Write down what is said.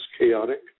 chaotic